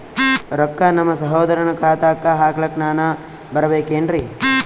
ರೊಕ್ಕ ನಮ್ಮಸಹೋದರನ ಖಾತಾಕ್ಕ ಹಾಕ್ಲಕ ನಾನಾ ಬರಬೇಕೆನ್ರೀ?